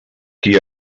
qui